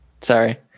sorry